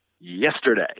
Yesterday